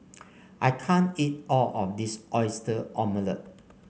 I can't eat all of this Oyster Omelette